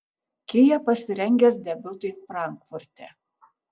kia pasirengęs debiutui frankfurte